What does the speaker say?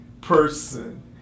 person